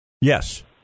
Yes